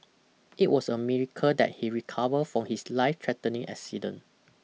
it was a miracle that he recovered from his life threatening accident